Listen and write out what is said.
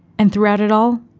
and throughout it all,